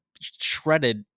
shredded